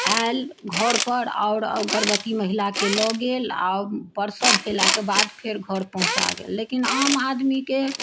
आयल घरपर आओर गर्भवती महिलाके लअ गेल आओर प्रसव भेलाके बाद फेर घर पहुँचा गेल लेकिन आम आदमीके